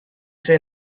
say